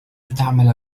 تعمل